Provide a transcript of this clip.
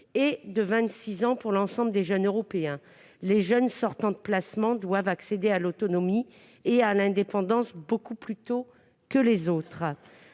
et de 26 ans pour l'ensemble des jeunes européens. Les jeunes qui sortent de placement doivent accéder à l'autonomie et à l'indépendance beaucoup plus tôt que les autres.